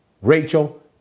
Rachel